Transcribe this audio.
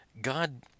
God